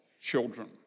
children